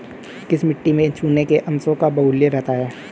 किस मिट्टी में चूने के अंशों का बाहुल्य रहता है?